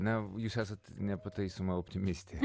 na jūs esat nepataisoma optimistė